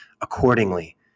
accordingly